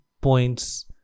points